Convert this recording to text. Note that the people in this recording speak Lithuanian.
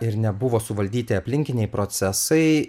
ir nebuvo suvaldyti aplinkiniai procesai